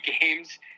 games